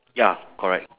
ya correct